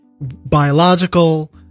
biological